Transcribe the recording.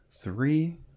three